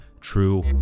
true